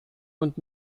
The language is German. und